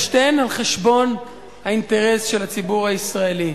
ושתיהן על חשבון האינטרס של הציבור הישראלי.